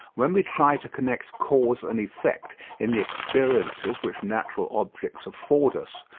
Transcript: when we try to connect cause and effect in the experiences which natural objects afford us,